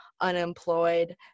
unemployed